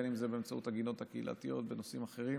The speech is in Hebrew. בין אם זה באמצעות הגינות הקהילתיות או נושאים אחרים.